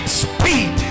speed